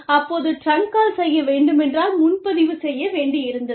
அப்போது trunk call செய்ய வேண்டுமென்றால் முன்பதிவு செய்ய வேண்டியிருந்தது